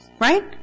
Right